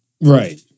Right